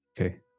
Okay